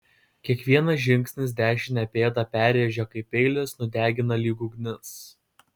kiekvienas žingsnis dešinę pėdą perrėžia kaip peilis nudegina lyg ugnis